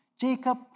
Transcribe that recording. Jacob